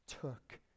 took